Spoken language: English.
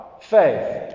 Faith